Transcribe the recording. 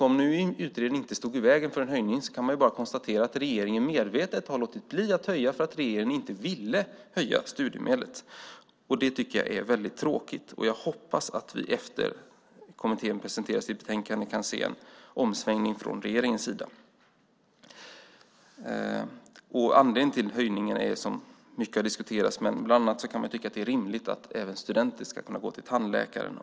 Om nu utredningen inte stod i vägen för en höjning, kan man bara konstatera att regeringen medvetet har låtit bli att höja studiemedlet för att regeringen inte ville höja det. Det tycker jag är väldigt tråkigt. Jag hoppas att vi efter att kommittén har presenterat sitt betänkande kan se en omsvängning från regeringens sida. Anledningen till en höjning har diskuterats mycket. Bland annat kan man tycka att det är rimligt att även studenter ska kunna gå till tandläkaren.